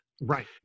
Right